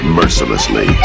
mercilessly